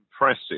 impressive